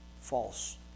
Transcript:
false